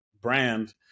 brand